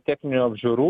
techninių apžiūrų